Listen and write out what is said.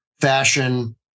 fashion